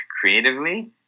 creatively